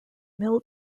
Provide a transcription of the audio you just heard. mill